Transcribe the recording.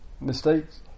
mistakes